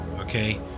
okay